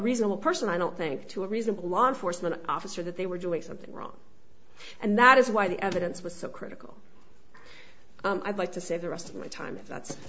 reasonable person i don't think to a reasonable law enforcement officer that they were doing something wrong and that is why the evidence was so critical i'd like to see the rest of my time that's